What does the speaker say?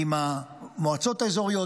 עם המועצות האזוריות,